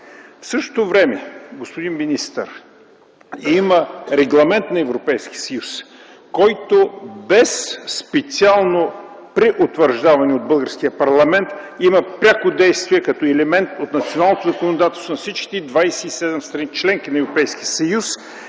В същото време, господин министър, има регламент на Европейския съюз, който, без специално преутвърждаване от българския парламент, има пряко действие като елемент от националното законодателство на всички 27 страни – членки на Европейския съюз,